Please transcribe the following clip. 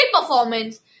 performance